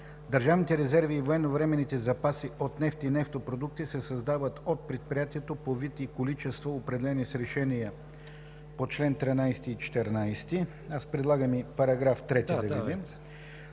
Държавните резерви и военновременните запаси от нефт и нефтопродукти се създават от предприятието по вид и количества, определени с решенията по чл. 13 и 14.“ По § 3